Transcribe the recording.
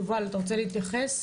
יובל, אתה רוצה להתייחס?